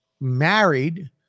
married